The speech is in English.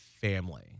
family